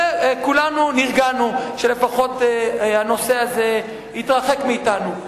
וכולנו נרגענו שלפחות הנושא הזה התרחק מאתנו.